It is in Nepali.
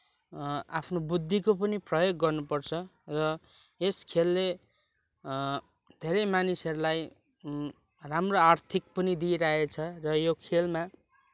आफ्नो बुद्धिको पनि प्रयोग गर्नुपर्छ र यस खेलले धेरै मानिसहरूलाई राम्रो आर्थिक पनि दिइरहेको छ र यो खेलमा